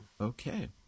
Okay